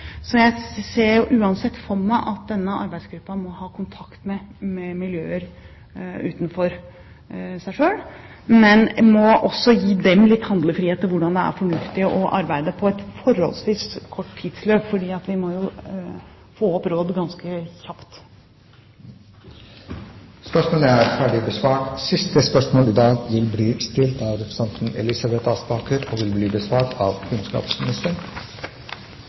Så jeg ser uansett for meg at arbeidsgruppen må ha kontakt med miljøer utenfor seg selv, men vi må også gi dem litt handlefrihet for hvordan det er fornuftig å arbeide i et forholdsvis kort tidsløp, for vi må jo få råd ganske kjapt. Spørsmålet mitt går til kunnskapsministeren: «15. desember i fjor fremla Tidsbrukutvalget sin rapport med en serie anbefalinger om tiltak som kan bidra til at skolen og lærerne kan bruke mer av